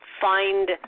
find